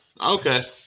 Okay